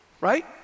right